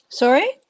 sorry